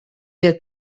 del